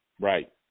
Right